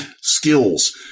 skills